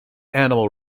animal